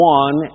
one